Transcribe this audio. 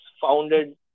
founded